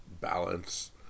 balance